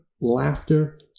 laughter